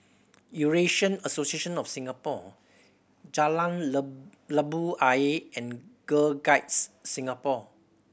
Eurasian Association of Singapore Jalan Labu Ayer and Girl Guides Singapore